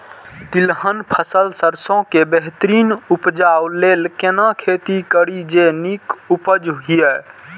तिलहन फसल सरसों के बेहतरीन उपजाऊ लेल केना खेती करी जे नीक उपज हिय?